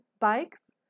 bikes